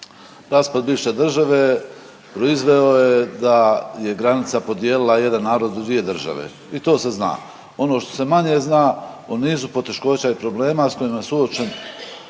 raspad bivše države proizveo je da je granica podijelila jedan narod u dvije države i to se zna. Ono što se manje zna o nizu poteškoća i problema sa kojima je suočen